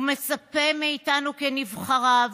הוא מצפה מאיתנו, כנבחריו,